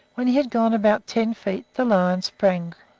when he had gone about ten feet, the lion sprang,